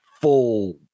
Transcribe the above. full